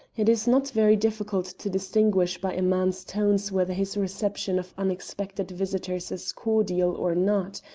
it is not very difficult to distinguish by a man's tones whether his reception of unexpected visitors is cordial or not,